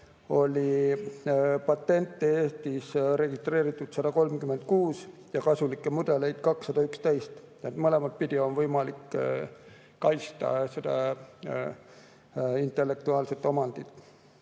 oli patente Eestis registreeritud 136 ja kasulikke mudeleid 211. Mõlemat pidi on võimalik kaitsta intellektuaalset omandit.